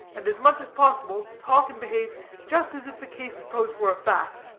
and, as much as possible, talk and behave just as if the case supposed were a fact.